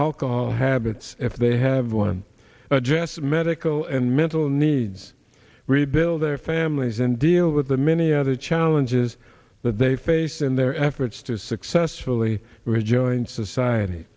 alcohol habits if they have one address medical and mental needs rebuild their families and deal with the many other challenges that they face in their efforts to successfully rejoin society